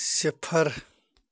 صِفر